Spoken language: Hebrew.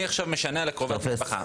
אני עכשיו משנע לקרובת משפחה,